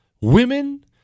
women